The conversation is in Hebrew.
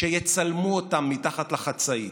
שיצלמו אותם מתחת לחצאית.